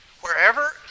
Wherever